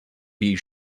bee